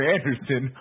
Anderson